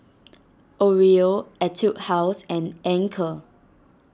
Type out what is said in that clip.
Oreo Etude House and Anchor